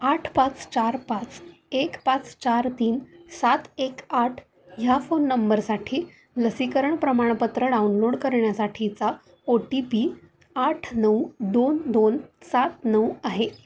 आठ पाच चार पाच एक पाच चार तीन सात एक आठ ह्या फोन नंबरसाठी लसीकरण प्रमाणपत्र डाउनलोड करण्यासाठीचा ओ टी पी आठ नऊ दोन दोन सात नऊ आहे